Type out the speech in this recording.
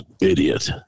idiot